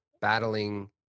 battling